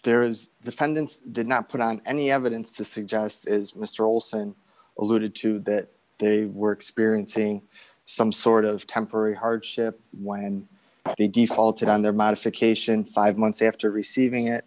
there is defendants did not put on any evidence to suggest as mr olson alluded to that they were experiencing some sort of temporary hardship why and they defaulted on their modification five months after receiving it